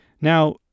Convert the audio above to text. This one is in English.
Now